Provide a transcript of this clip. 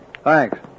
Thanks